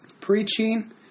preaching